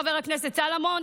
חבר הכנסת סולומון,